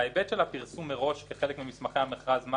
ההיבט של הפרסום מראש כחלק ממסמכי המכרז לגבי מה